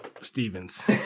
Stevens